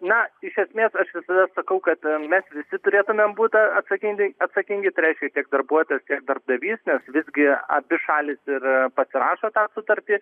na iš esmės aš visada sakau kad mes visi turėtumėm būt atsakingai atsakingi tai reiškia tiek darbuotojas tiek darbdavys nes visgi abi šalys ir pasirašo tą sutartį